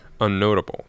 unnotable